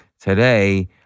today